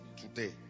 Today